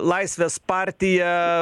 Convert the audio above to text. laisvės partija